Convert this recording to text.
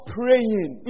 praying